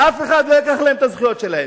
ואף אחד לא ייקח להם את הזכויות שלהם,